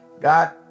God